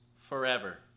forever